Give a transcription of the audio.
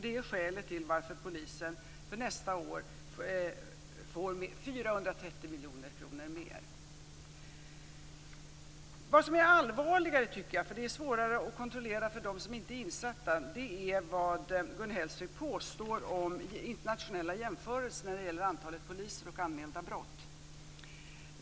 Det är skälet till att polisen för nästa år får En sak som jag tycker är allvarligare, för det är svårare att kontrollera för dem som inte är insatta, är det som Gun Hellsvik påstår om internationella jämförelser när det gäller antalet poliser och anmälda brott.